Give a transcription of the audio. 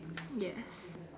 yes